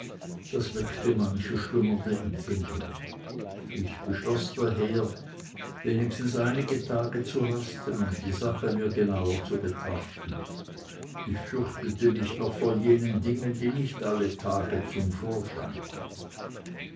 das weckte manche schlummernde empfindung ich beschloß daher wenigstens einige tage zu rasten und die sachen mir genauer zu betrachten ich fürchtete mich noch vor jenen dingen die nicht alle tage zum vorschein kommen